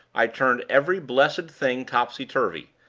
i turned every blessed thing topsy-turvy.